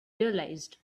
realized